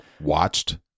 watched